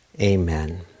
amen